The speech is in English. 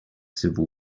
civil